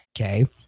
okay